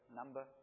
number